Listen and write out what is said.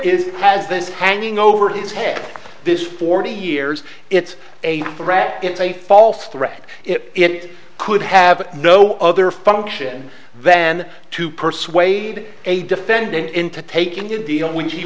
e has this hanging over his head this forty years it's a threat it's a false threat it could have no other function than to persuade a defendant into taking good deal when he